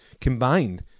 combined